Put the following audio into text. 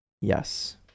yes